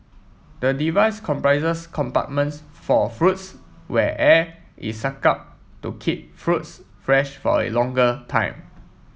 the device comprises compartments for fruits where air is sucked out to keep fruits fresh for a longer time